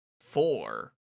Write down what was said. four